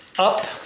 up,